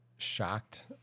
shocked